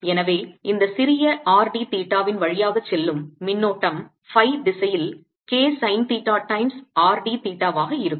எனவே இந்த சிறிய r d தீட்டாவின் வழியாக செல்லும் மின்னோட்டம் phi திசையில் K sine theta times R d தீட்டாவாக இருக்கும்